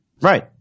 right